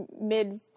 mid